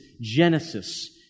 Genesis